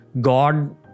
God